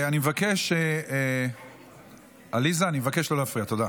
עליזה, אני מבקש לא להפריע, תודה.